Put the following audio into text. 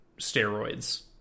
steroids